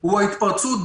הוא ההתפרצות,